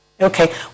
Okay